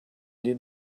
den